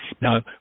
Now